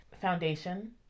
Foundation